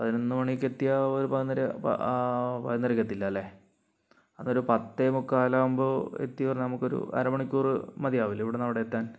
പതിനൊന്ന് മണിക്കെത്തിയാൽ ഒരു പതിനൊന്നര പതിനൊന്നരക്ക് എത്തില്ല അല്ലേ അതൊരു പത്തേ മുക്കാലാവുമ്പോ എത്തിയാൽ നമുക്കൊരു അര മണിക്കൂർ മതിയാവില്ലേ ഇവിടുന്നവിടെ എത്താൻ